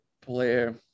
player